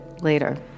later